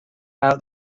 out